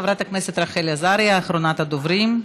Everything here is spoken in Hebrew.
חברת הכנסת רחל עזריה, אחרונת הדוברים.